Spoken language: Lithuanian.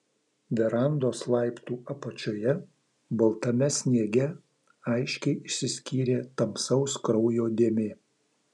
verandos laiptų apačioje baltame sniege aiškiai išsiskyrė tamsaus kraujo dėmė